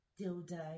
dildo